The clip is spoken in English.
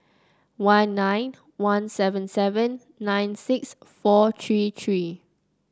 one nine one seven seven nine six four three three